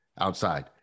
outside